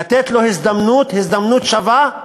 לתת לו הזדמנות שווה,